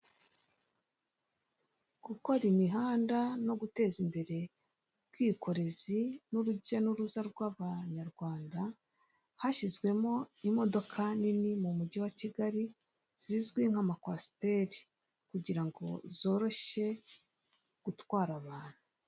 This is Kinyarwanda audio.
Gukora imihanda no guteza imbere ubwikorezi n'urujya n'uruza rw'abanyarwanda hashyizwemo imodoka nini mu mugi wa Kigali zizwi nka makwasiteri kugira ngo zoroshye gutwara abantu.